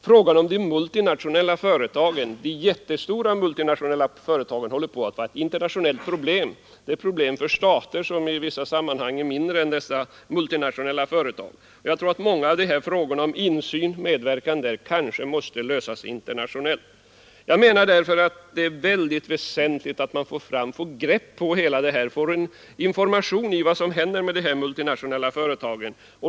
Frågan om de jättestora multinationella företagen håller på att bli ett internationellt problem — det är ett problem för stater som i vissa sammanhang är mindre än dessa multinationella företag — och jag tror att många av de här frågorna om insyn och medverkan där kanske måste lösas internationellt. Därför anser jag det vara mycket väsentligt att man får grepp på detta, får en information om vad som händer med de multinationella företagen.